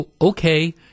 okay